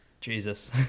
Jesus